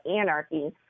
anarchy